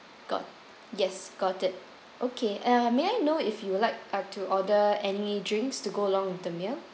got yes got it okay uh may I know if you would like uh to order any drinks to go along with the meal